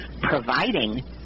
providing